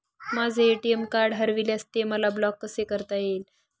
माझे ATM card हरविल्यास ते मला ब्लॉक कसे करता येईल?